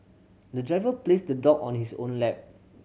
the driver placed the dog on his own lap